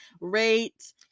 Rate